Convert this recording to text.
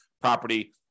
property